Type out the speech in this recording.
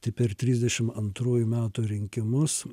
tai per trisdešimt antrųjų metų rinkimus